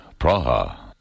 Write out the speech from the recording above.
Praha